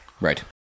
Right